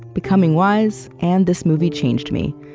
becoming wise, and this movie changed me.